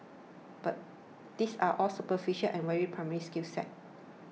but these are all superficial and very primary skill sets